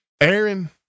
Aaron